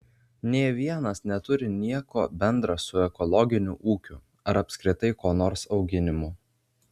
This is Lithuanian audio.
nė vienas neturi nieko bendra su ekologiniu ūkiu ar apskritai ko nors auginimu